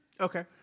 Okay